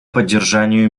поддержанию